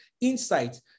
insight